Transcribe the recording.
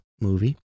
movie